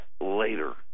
later